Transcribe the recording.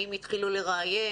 האם התחילו לראיין?